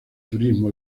turismo